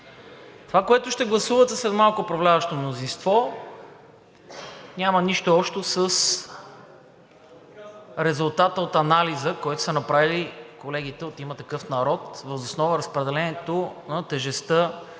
Това, което ще гласувате след малко управляващото мнозинство, няма нищо общо с резултата от анализа, който са направили колегите от „Има такъв народ“ въз основа разпределението на тежестта